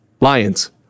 lions